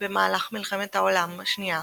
במהלך מלחמת העולם השנייה,